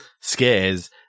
scares